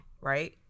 right